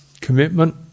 commitment